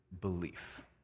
belief